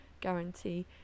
guarantee